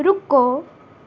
ਰੁਕੋ